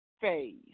phase